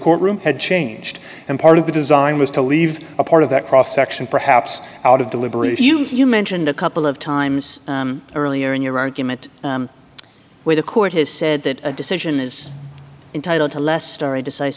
courtroom had changed and part of the design was to leave a part of that cross section perhaps out of deliberate if you lose you mentioned a couple of times earlier in your argument where the court has said that a decision is entitled to less starry deci